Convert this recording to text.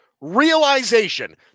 realization